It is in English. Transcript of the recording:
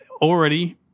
already